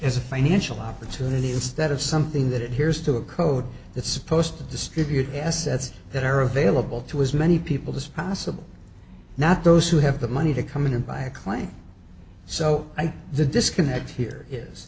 as a financial opportunity instead of something that here's to a code that's supposed to distribute assets that are available to as many people this possible not those who have the money to come in and buy a claim so i think the disconnect here is